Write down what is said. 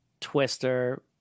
Twister